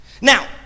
Now